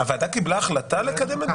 הוועדה קיבלה החלטה לקדם את זה?